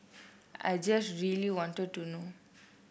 I just really wanted to know